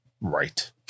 right